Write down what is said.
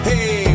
Hey